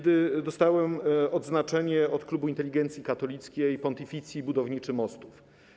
Dostałem odznaczenie od Klubu Inteligencji Katolickiej „Pontifici” - „Budowniczemu mostów”